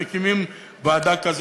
מקימים ועדה כזאת,